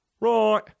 right